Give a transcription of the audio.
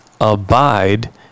abide